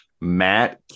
Matt